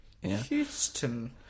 Houston